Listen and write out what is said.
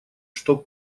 что